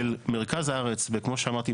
של מרכז הארץ וכמו שאמרתי,